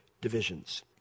divisions